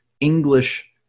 English